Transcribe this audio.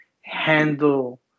handle